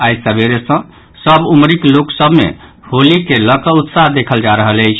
आइ सबेरे सँ सभ उमिरक लोक सभ मे होली के लऽ कऽ उत्साह देखल जा रहल अछि